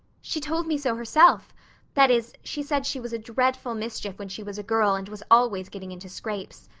she told me so herself that is, she said she was a dreadful mischief when she was a girl and was always getting into scrapes.